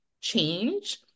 change